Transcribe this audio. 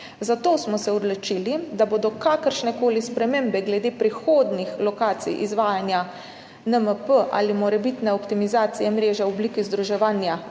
zato smo se odločili, da bodo kakršnekoli spremembe glede prihodnjih lokacij, izvajanja NMP ali morebitne optimizacije mreže v obliki združevanja